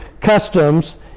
customs